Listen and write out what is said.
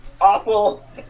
Awful